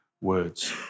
words